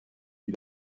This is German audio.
wie